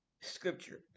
scripture